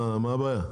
מה הבעיה?